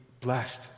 blessed